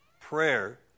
prayer